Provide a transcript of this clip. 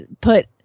put